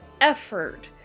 effort